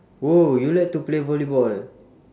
oh you like to play volleyball ah